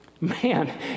Man